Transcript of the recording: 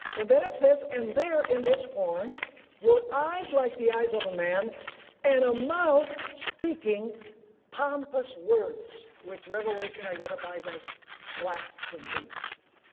and then it says and they're in this horn were eyes like the eyes of a man and a mouth speaking pompous words which revelation identifies as blasphemies.